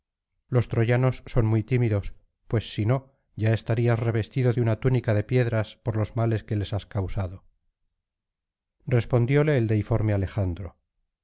los troyanos son muy tímidos pues si no ya estarías revestido de una túnica de piedras por los males que les has causado respondióle el deiiorme alejandro